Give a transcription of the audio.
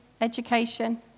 education